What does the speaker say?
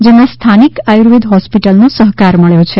જેમાં સ્થાનિક આર્યુવેદ હોસ્પિટલનો સહકાર મબ્યો છે